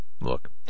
look